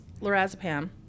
lorazepam